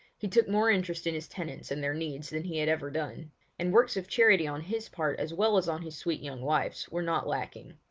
he took more interest in his tenants and their needs than he had ever done and works of charity on his part as well as on his sweet young wife's were not lacking.